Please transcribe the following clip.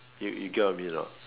you you get what I mean or not